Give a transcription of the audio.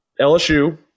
LSU